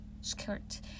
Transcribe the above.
skirt